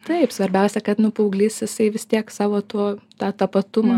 taip svarbiausia kad nu paauglys jisai vis tiek savo tuo tą tapatumą